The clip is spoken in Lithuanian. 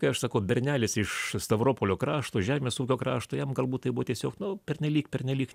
kai aš sakau bernelis iš stavropolio krašto žemės ūkio krašto jam galbūt tai buvo tiesiog nu pernelyg pernelyg